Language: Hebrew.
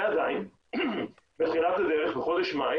ועדיין, בתחילת הדרך בחודש מאי